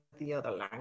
language